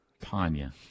Tanya